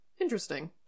Interesting